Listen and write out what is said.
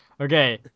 Okay